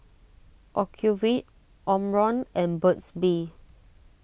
Ocuvite Omron and Burt's Bee